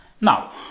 Now